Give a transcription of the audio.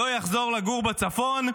לא יחזור לגור בצפון.